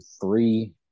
three